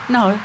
no